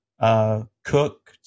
cooked